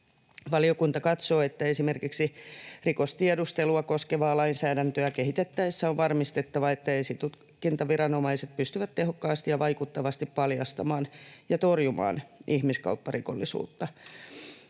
Valiokunta katsoo, että esimerkiksi rikostiedustelua koskevaa lainsäädäntöä kehitettäessä on varmistettava, että esitutkintaviranomaiset pystyvät tehokkaasti ja vaikuttavasti paljastamaan ja torjumaan ihmiskaupparikollisuutta,